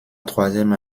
troisième